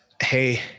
hey